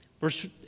Verse